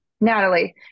Natalie